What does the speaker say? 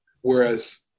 Whereas